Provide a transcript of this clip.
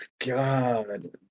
God